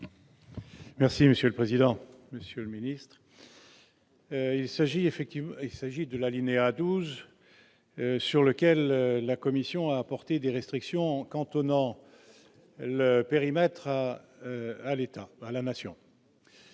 Merci monsieur le président, Monsieur le Ministre. Il s'agit effectivement il s'agit de La Linea 12 sur lequel la Commission a apporté des restrictions cantonnant le périmètre à l'État à la nation.